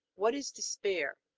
what is despair?